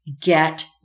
Get